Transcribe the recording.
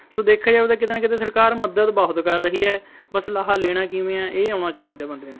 ਸੋ ਦੇਖਿਆ ਜਾਵੇ ਕਿਤੇ ਨਾ ਕਿਤੇ ਸਰਕਾਰ ਮਦਦ ਬਹੁਤ ਕਰ ਰਹੀ ਹੈ ਬਸ ਲਾਹਾ ਲੈਣਾ ਕਿਵੇਂ ਆ ਇਹ ਆਉਣਾ ਚਾਹੀਦਾ ਬੰਦੇ ਨੂੰ